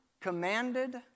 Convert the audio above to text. commanded